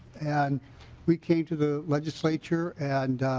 and we came to the legislature and